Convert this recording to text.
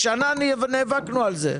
שנה נאבקנו על זה.